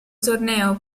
torneo